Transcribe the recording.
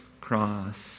cross